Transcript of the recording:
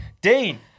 Dean